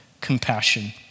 compassion